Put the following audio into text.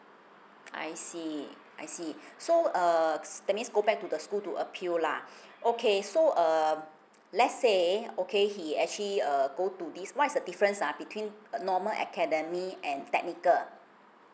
I see I see so err that means go back to the school to appeal lah okay so uh let's say okay he actually err go to this what is the difference ah between uh normal academy and technical